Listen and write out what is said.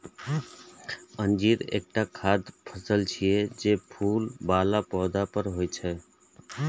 अंजीर एकटा खाद्य फल छियै, जे फूल बला पौधा पर होइ छै